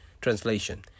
translation